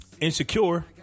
Insecure